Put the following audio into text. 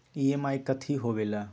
EMI कथी होवेले?